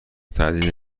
تردید